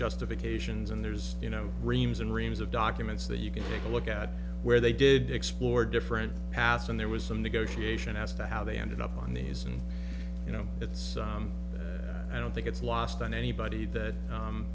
justifications and there's you know reams and reams of documents that you can take a look at where they did explore different paths and there was some negotiation as to how they ended up on these and you know it's i don't think it's lost on anybody that